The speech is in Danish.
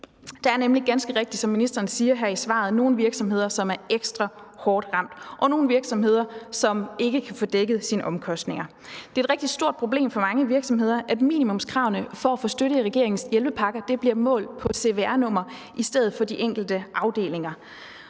Der er nemlig, som ministeren ganske rigtigt siger, nogle virksomheder, som er ekstra hårdt ramt, og nogle virksomheder, som ikke kan få dækket deres omkostninger. Det er et rigtig stort problem for mange virksomheder, at minimumskravene for at få støtte i regeringens hjælpepakker bliver målt på cvr-nummer i stedet for på de enkelte afdelinger.